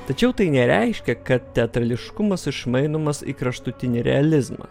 tačiau tai nereiškia kad teatrališkumas išmainomas į kraštutinį realizmą